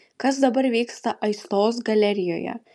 kas dabar vyksta aistos galerijoje